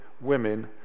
women